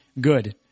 good